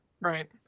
Right